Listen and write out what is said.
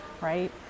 right